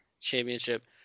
championship